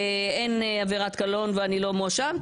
אין עבירת קלון ואני לא מואשם,